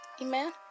Amen